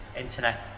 internet